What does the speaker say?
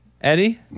Eddie